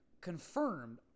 confirmed